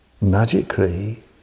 magically